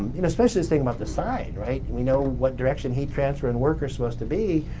you know, especially this thing about the sign right, and we know what direction heat transfer and work are supposed to be,